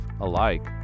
alike